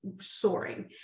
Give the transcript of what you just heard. soaring